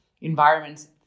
environments